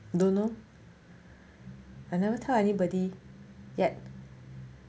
don't know I never tell anybody yet